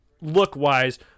look-wise